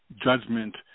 judgment